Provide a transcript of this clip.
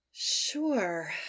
Sure